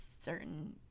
certain